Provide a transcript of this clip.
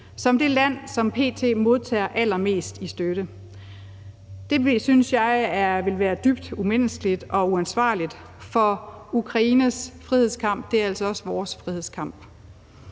er det land, der p.t. modtager allermest i støtte. Det synes jeg ville være dybt umenneskeligt og uansvarligt, for Ukraines frihedskamp er altså også vores frihedskamp.